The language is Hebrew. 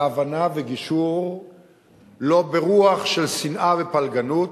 הבנה וגישור ולא ברוח של שנאה ופלגנות,